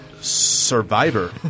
Survivor